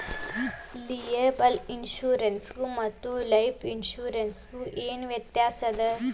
Liable insurance ಗು ಮತ್ತ life insurance ಗು ಏನ್ ವ್ಯಾತ್ಯಾಸದ?